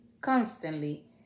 constantly